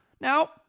Now